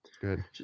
Good